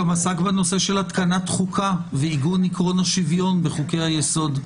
עסק בנושא של התקנת חוקה ועיגון עקרון השוויון בחוקי-היסוד.